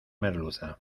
merluza